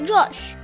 Josh